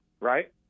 right